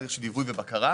הליך ובקרה,